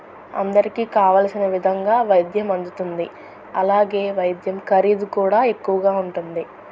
అందరికీ కావలసిన విధంగా వైద్యం అందుతుంది అలాగే వైద్యం ఖరీదు కూడా ఎక్కువగా ఉంటుంది